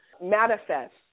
manifest